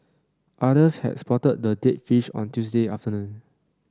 others had spotted the dead fish on Tuesday afternoon